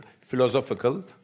philosophical